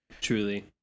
Truly